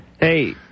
Hey